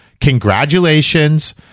congratulations